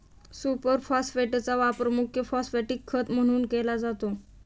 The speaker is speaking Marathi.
सुपर फॉस्फेटचा वापर मुख्य फॉस्फॅटिक खत म्हणून केला जातो